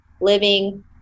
living